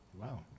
Wow